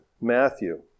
Matthew